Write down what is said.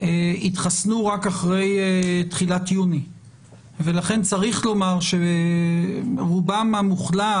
התחסנו רק אחרי תחילת יוני ולכן צריך לומר שרובם המוחלט,